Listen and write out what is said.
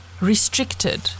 restricted